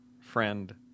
friend